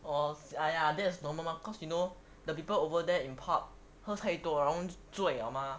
oh !aiya! that's normal mah cause you know the people over there in pub 喝太多然后醉 liao mah